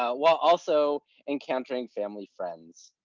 ah while also encountering family, friends.